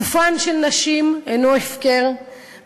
גופן של נשים אינו הפקר,